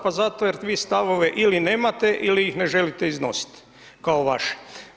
Pa zato jer vi stavove ili nemate ili ih ne želite iznosit kao vaše.